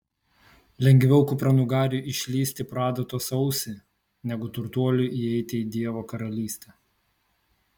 lengviau kupranugariui išlįsti pro adatos ausį negu turtuoliui įeiti į dievo karalystę